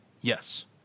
Yes